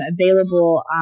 available